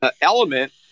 element